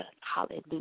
hallelujah